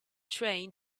train